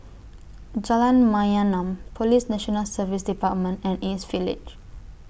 Jalan Mayaanam Police National Service department and East Village